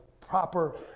proper